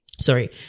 sorry